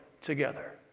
together